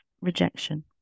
rejection